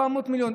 400 מיליון.